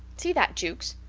see that, jukes?